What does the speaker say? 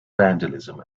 vandalism